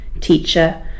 teacher